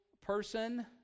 person